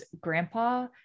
grandpa